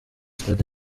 stade